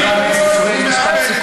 הוא מאבד את,